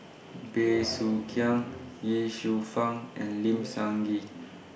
Bey Soo Khiang Ye Shufang and Lim Sun Gee